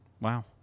Wow